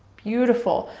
beautiful.